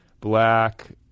black